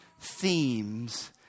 themes